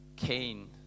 Cain